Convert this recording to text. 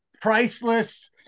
priceless